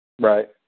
right